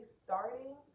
starting